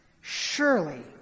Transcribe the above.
Surely